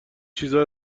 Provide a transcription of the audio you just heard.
چیزا